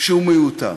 שהוא מיותר,